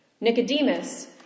Nicodemus